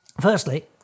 Firstly